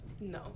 No